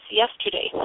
yesterday